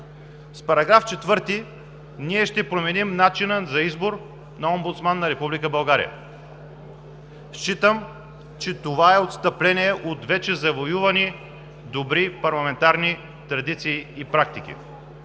С § 4 ние ще променим начина за избор на омбудсман на Република България. Считам, че това е отстъпление от вече завоювани добри парламентарни традиции и практики.